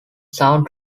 sound